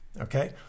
Okay